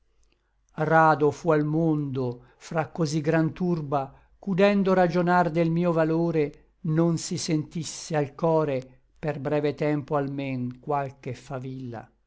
rado fu al mondo fra cosí gran turba ch'udendo ragionar del mio valore non si sentisse al core per breve tempo almen qualche favilla